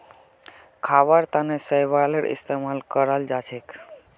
खाबार तनों शैवालेर इस्तेमाल कराल जाछेक